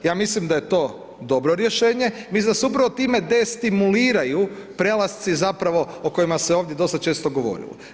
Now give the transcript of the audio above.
Ja mislim da je to dobro rješenje, mislim da se upravo time destimuliraju prelasci zapravo o kojima se ovdje dosta često govorilo.